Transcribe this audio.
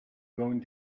going